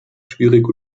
schwierig